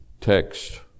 text